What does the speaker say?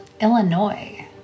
Illinois